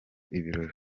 ibirori